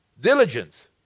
diligence